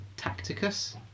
Tacticus